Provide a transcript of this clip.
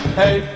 hey